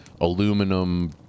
aluminum